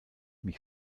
mich